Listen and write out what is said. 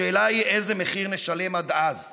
השאלה היא איזה מחיר נשלם עד אז.